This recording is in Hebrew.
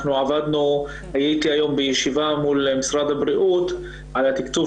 הייתי היום בישיבה מול משרד הבריאות על התקצוב